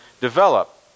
develop